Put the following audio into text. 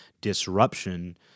disruption